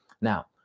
Now